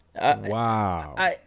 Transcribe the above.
Wow